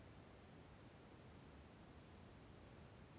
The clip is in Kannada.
ಭಾರತದಲ್ಲಿ ಜಾಸ್ತಿ ಕೆಂಪು ಮಣ್ಣು ಎಲ್ಲಿ ಸಿಗುತ್ತದೆ?